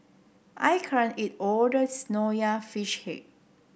I can't eat all of this Nonya Fish Head